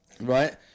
Right